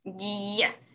Yes